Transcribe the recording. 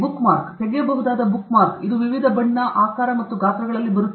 bookmark ತೆಗೆಯಬಹುದಾದ bookmark ಇದು ವಿವಿಧ ಬಣ್ಣಗಳಲ್ಲಿ ಆಕಾರಗಳಲ್ಲಿ ಮತ್ತು ಗಾತ್ರಗಳಲ್ಲಿ ಬರುತ್ತದೆ